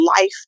life